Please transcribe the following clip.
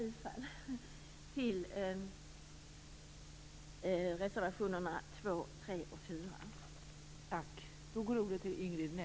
Jag yrkar bifall till reservationerna 2, 3 och 4.